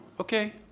okay